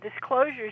disclosures